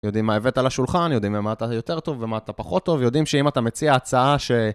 יודעים מה הבאת על השולחן, יודעים ממה אתה יותר טוב ומה אתה פחות טוב, יודעים שאם אתה מציע הצעה ש...